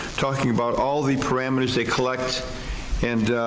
talking about all the parameters they collect and